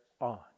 on